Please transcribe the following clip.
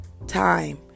Time